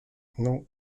non